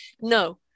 No